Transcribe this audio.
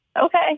Okay